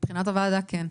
מבחינת הוועדה כן.